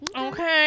okay